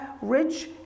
rich